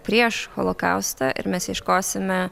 prieš holokaustą ir mes ieškosime